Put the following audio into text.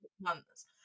months